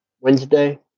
Wednesday